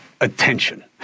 attention